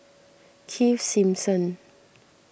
Keith Simmons